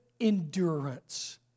endurance